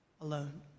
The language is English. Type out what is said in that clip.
alone